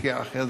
סיעה אחרת,